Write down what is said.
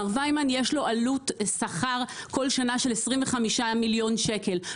מר ויימן יש לו עלות שכר בכל שנה של 25 מיליון שקלים,